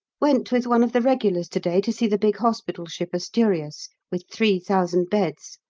went with one of the regulars to-day to see the big hospital ship asturias with three thousand beds,